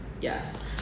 Yes